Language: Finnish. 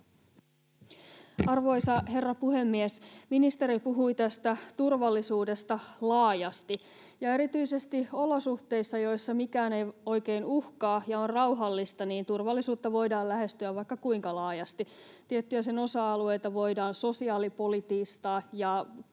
Arvoisa herra puhemies! Ministeri puhui tästä turvallisuudesta laajasti, ja erityisesti olosuhteissa, joissa mikään ei oikein uhkaa ja on rauhallista, turvallisuutta voidaan lähestyä vaikka kuinka laajasti. Tiettyjä sen osa-alueita voidaan sosiaalipoliittistaa ja sen eri